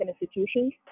institutions